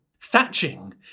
Thatching